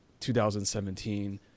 2017